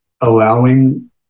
allowing